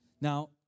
Now